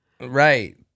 Right